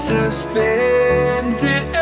Suspended